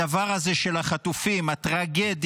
הדבר הזה של החטופים, הטרגדיה